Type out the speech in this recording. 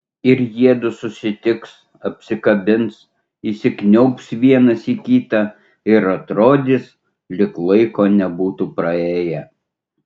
ir jiedu susitiks apsikabins įsikniaubs vienas į kitą ir atrodys lyg laiko nebūtų praėję